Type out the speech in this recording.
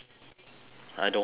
I don't want get fired